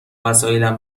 وسایلم